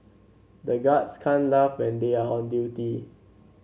the guards can't laugh when they are on duty